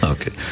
Okay